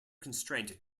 constraint